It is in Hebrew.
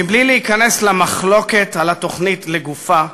מבלי להיכנס למחלוקת על התוכנית לגופה,